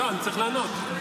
אני צריך לענות.